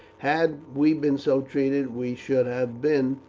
had we been so treated we should have been,